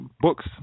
books